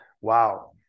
Wow